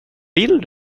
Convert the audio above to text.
vill